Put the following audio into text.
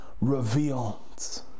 revealed